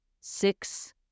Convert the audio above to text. Six